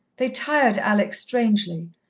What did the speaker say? they tired alex strangely,